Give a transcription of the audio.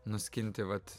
nuskinti vat